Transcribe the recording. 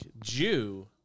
Jew